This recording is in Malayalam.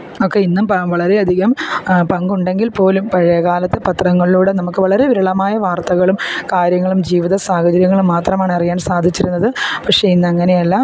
ഒക്കെ ഇന്നും വളരെയധികം പങ്കുണ്ടെങ്കിൽ പോലും പഴയകാലത്ത് പത്രങ്ങളിലൂടെ നമുക്ക് വളരെ വിരളമായ വാർത്തകളും കാര്യങ്ങളും ജീവിത സാഹചര്യങ്ങളും മാത്രമാണ് അറിയാൻ സാധിച്ചിരുന്നത് പക്ഷേ ഇന്ന് അങ്ങനെയല്ല